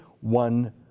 one